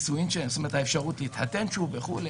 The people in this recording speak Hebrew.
האפשרות להתחתן שוב וכו'.